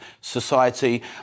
society